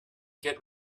git